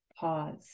Pause